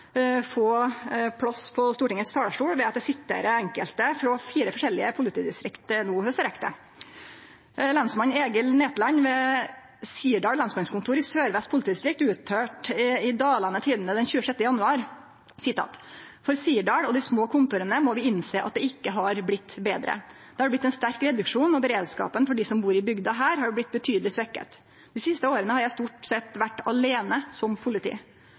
få plass på Stortingets talarstol ved at eg, viss eg rekk det, siterer enkelte, frå fire forskjellige politidistrikt: Lensmann Egil Netland ved Sirdal lensmannskontor i Sør-Vest politidistrikt uttalte i Dalane Tidende den 26. januar: «For Sirdal og de små kontorene må vi innse at det ikke har blitt bedre. Det har blitt en sterk reduksjon og beredskapen for de som bor i bygda her har blitt betydelig svekket De siste årene har jeg stort sett vært alene som politi.